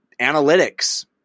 analytics